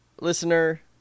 Listener